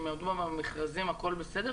שהם ידעו על המכרזים והכל בסדר?